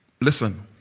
Listen